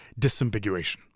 disambiguation